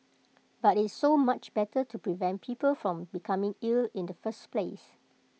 but IT so much better to prevent people from becoming ill in the first place